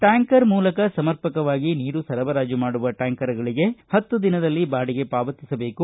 tanker ಮೂಲಕ ಸಮರ್ಪಕವಾಗಿ ನೀರು ಸರಬರಾಜು ಮಾಡುವ ಟ್ಟಾಂಕರ್ಗಳಿಗೆ ಪತ್ತು ದಿನದಲ್ಲಿ ಬಾಡಿಗೆ ಹಣ ಪಾವತಿಸಬೇಕು